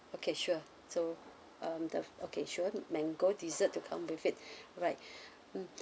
okay sure so um the okay sure mango dessert to come with it alright mm